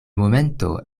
momento